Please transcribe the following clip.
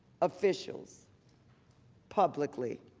officials publicly